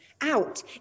out